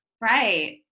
Right